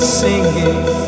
singing